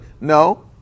No